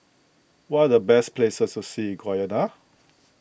what are the best places to see in Guyana